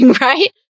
right